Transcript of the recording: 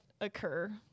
occur